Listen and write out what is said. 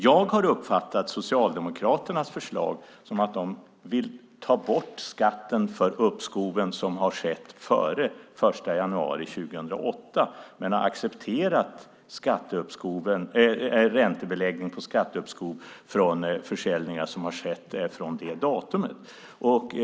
Jag har uppfattat Socialdemokraternas förslag som att de vill ta bort skatten för de uppskov som har skett före den 1 januari 2008 men att de accepterar räntebeläggning på skatteuppskov från försäljningar som har skett från och med detta datum.